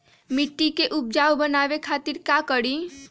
मिट्टी के उपजाऊ बनावे खातिर का करी?